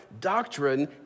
doctrine